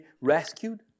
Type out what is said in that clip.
rescued